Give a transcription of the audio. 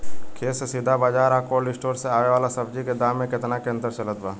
खेत से सीधा बाज़ार आ कोल्ड स्टोर से आवे वाला सब्जी के दाम में केतना के अंतर चलत बा?